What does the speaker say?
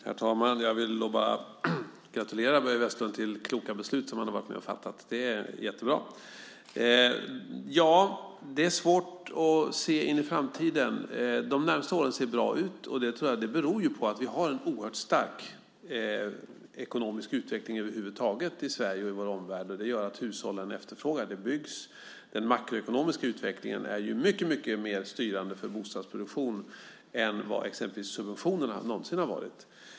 Herr talman! Jag vill gratulera Börje Vestlund till kloka beslut som han varit med om att fatta. Det är jättebra. Det är svårt att se in i framtiden. De närmaste åren ser bra ut, vilket beror på att vi har en oerhört stark ekonomisk utveckling över huvud taget i Sverige och i vår omvärld. Det gör att hushållen efterfrågar, och det byggs. Den makroekonomiska utvecklingen är mycket mer styrande för bostadsproduktionen än vad exempelvis subventionerna någonsin varit.